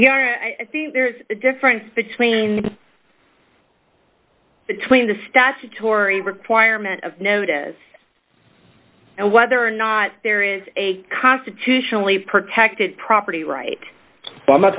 think there's a difference between between the statutory requirement of notice and whether or not there is a constitutionally protected property right i'm not